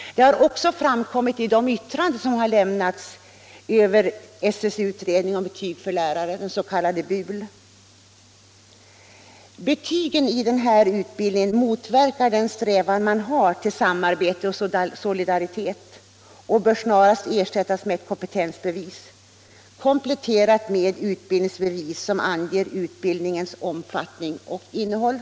Det har också framkommit i de yttranden som avgivits över SÖ:s utredning stimulerande åtgärder i norra Bohuslän Betygen i den här utbildningen motverkar den strävan man har till samarbete och solidaritet och bör snarast ersättas med ett kompetensbevis, kompletterat med utbildningsbevis som anger utbildningens omfattning och innehåll.